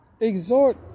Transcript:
exhort